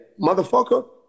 motherfucker